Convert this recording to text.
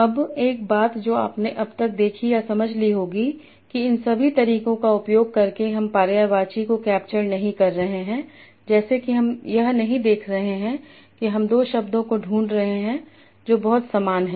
अब एक बात जो आपने अब तक देखी या समझ ली होगी कि इन सभी तरीकों का उपयोग करके हम पर्यायवाची को कैप्चर नहीं कर रहे हैं जैसे कि हम यह नहीं देख रहे हैं कि हम दो शब्दों को ढूंढ रहे हैं जो बहुत समान हैं